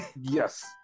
Yes